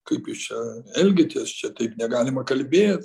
kaip jūs čia elgiatės čia taip negalima kalbėt